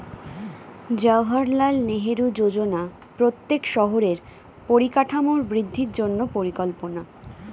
জাওহারলাল নেহেরু যোজনা প্রত্যেক শহরের পরিকাঠামোর বৃদ্ধির জন্য পরিকল্পনা